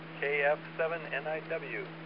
KF7NIW